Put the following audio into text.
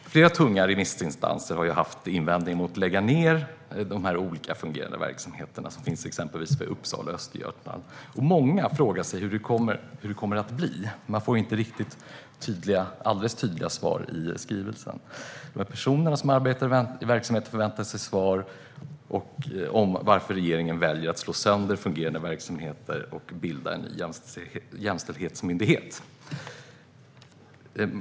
Flera tunga remissinstanser har haft invändningar mot att lägga ned olika fungerande verksamheter som exempelvis finns i Uppsala och i Östergötland. Många frågar sig hur det kommer att bli. Man får inte alldeles tydliga svar i skrivelsen. De personer som arbetar i verksamheterna förväntar sig ett svar på varför regeringen väljer att slå sönder fungerande verksamheter och bilda en ny jämställdhetsmyndighet.